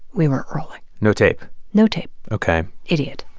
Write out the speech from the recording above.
we weren't rolling no tape no tape ok idiot.